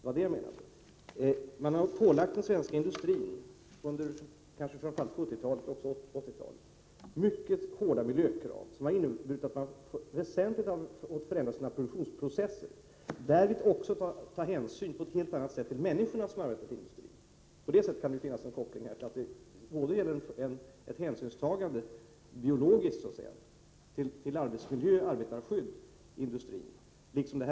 Under kanske framför allt 70-talet men också 80-talet har den svenska industrin pålagts mycket hårda miljökrav, som har inneburit att man väsentligen har måst förändra produktionsprocesserna och därvid också på ett helt annat sätt ta hänsyn till de människor som arbetat i industrin. På det sättet kan det finnas en koppling här, i det att det i båda fallen så att säga gäller ett biologiskt hänsynstagande, i industrin till arbetsmiljö och arbetarskydd och i detta fall till djuren.